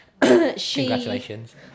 Congratulations